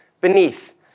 beneath